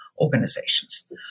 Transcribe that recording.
organizations